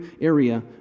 area